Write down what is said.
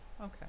Okay